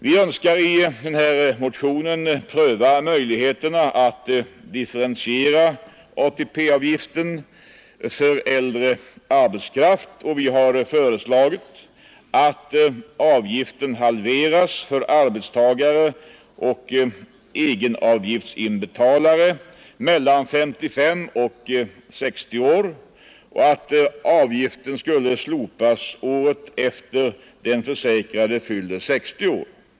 Vi önskar i denna motion pröva möjligheterna att differentiera ATP-avgiften för äldre arbetskraft och har föreslagit, att avgiften halveras för arbetstagare och egenavgiftsinbetalare mellan 55 och 60 år och att avgiften slopas året efter det att den försäkrade fyller 60 år.